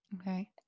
Okay